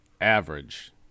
average